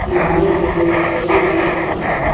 नहाने से शरीर भी स्वस्थ होता है